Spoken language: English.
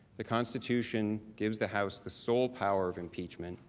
the constitution gives the house the sole power of impeachment,